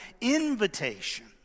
invitation